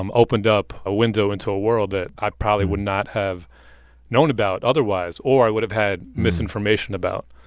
um opened up a window into a world that i probably would not have known about otherwise or i would have had misinformation about.